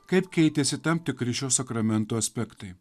kaip keitėsi tam tikri šio sakramento aspektai